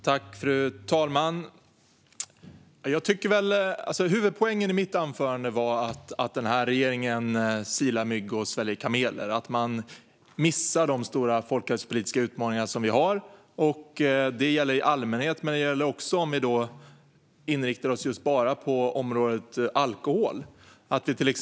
Fru talman! Huvudpoängen i mitt anförande var att regeringen silar mygg och sväljer kameler och att man missar de stora folkhälsopolitiska utmaningarna. Det gäller i allmänhet men också om vi inriktar oss på just området alkohol.